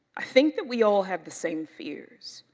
i think that we all have the same fears.